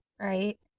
right